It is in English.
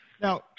Now